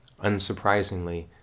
Unsurprisingly